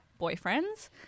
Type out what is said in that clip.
boyfriends